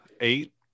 eight